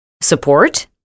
support